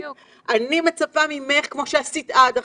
אני מצפה ממך, כמו שעשית עד עכשיו,